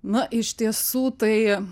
na iš tiesų tai